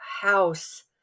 house